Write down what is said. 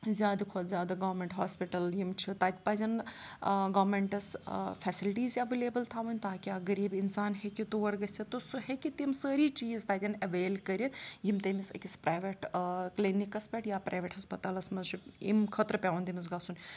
زیادٕ کھۄتہٕ زیادٕ گورمٮ۪نٛٹ ہاسپِٹَل یِم چھِ تَتہِ پَزَن نہٕ گورمٮ۪نٛٹَس فٮ۪سَلٹیٖز اٮ۪وٮ۪لیبٕل تھاوٕنۍ تاکہِ اکھ غریٖب اِنسان ہیٚکہِ تور گٔژھِتھ تہٕ سُہ ہیٚکہِ تِم سٲری چیٖز تَتٮ۪ن اٮ۪ویل کٔرِتھ یِم تٔمِس أکِس پرٛایویٹ کِلنِکَس پٮ۪ٹھ یا پرٛایویٹ ہَسپَتالَس منٛز چھُ اَمہِ خٲطرٕ پٮ۪وان تٔمِس گژھُن